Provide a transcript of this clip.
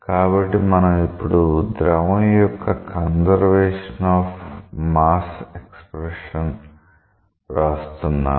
కాబట్టి మనం ఇప్పుడు ద్రవం యొక్క కన్సర్వేషన్ ఆఫ్ మాస్ ఎక్స్ప్రెషన్ వ్రాస్తున్నాము